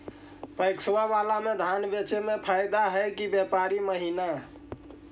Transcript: PACS बाला में धान बेचे मे फायदा है कि व्यापारी महिना?